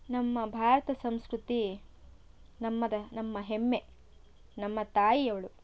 ನಮ್ಮ ಭಾರತ ಸಂಸ್ಕೃತಿ ನಮ್ಮದ ನಮ್ಮ ಹೆಮ್ಮೆ ನಮ್ಮ ತಾಯಿ ಅವಳು